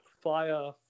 fire